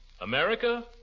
America